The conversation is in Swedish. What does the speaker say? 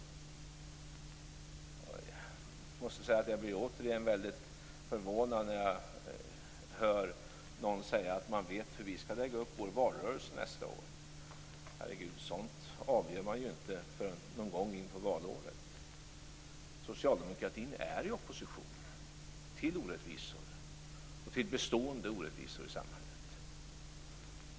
Jag måste säga att jag återigen blir väldigt förvånad när jag hör någon säga att man vet hur vi skall lägga upp vår valrörelse nästa år. Herre gud, sådant avgör man ju inte förrän någon gång in på valåret! Socialdemokratin är i opposition till orättvisor, till bestående orättvisor i samhället.